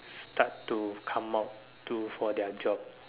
start to come out to for their job